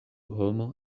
homo